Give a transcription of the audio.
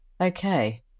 Okay